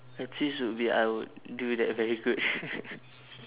a twist would be I would do that very good